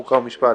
חוק ומשפט